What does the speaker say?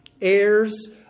Heirs